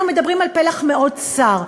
אנחנו מדברים על פלח מאוד צר,